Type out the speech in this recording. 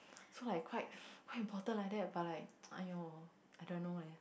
so I quite quite important like that but like !aiyo! I don't know leh